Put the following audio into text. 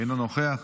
אינו נוכח,